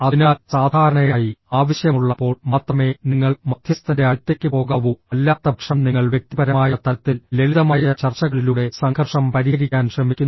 അതിനാൽ സാധാരണയായി ആവശ്യമുള്ളപ്പോൾ മാത്രമേ നിങ്ങൾ മദ്ധ്യസ്ഥന്റെ അടുത്തേക്ക് പോകാവൂ അല്ലാത്തപക്ഷം നിങ്ങൾ വ്യക്തിപരമായ തലത്തിൽ ലളിതമായ ചർച്ചകളിലൂടെ സംഘർഷം പരിഹരിക്കാൻ ശ്രമിക്കുന്നു